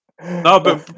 No